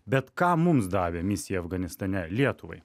bet ką mums davė misija afganistane lietuvai